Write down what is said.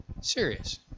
Serious